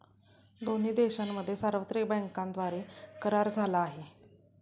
दोन्ही देशांमध्ये सार्वत्रिक बँकांद्वारे करार झाला आहे